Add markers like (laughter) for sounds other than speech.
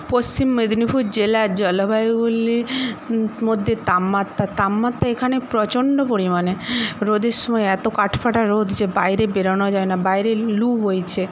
পশ্চিম মেদিনীপুর জেলা জলবায়ু (unintelligible) মধ্যে তাপমাত্রা তাপমাত্রা এখানে প্রচণ্ড পরিমাণে রোদের সময় এতো কাঠফাটা রোদ যে বাইরে বেরোনো যায় না বাইরে লু বইছে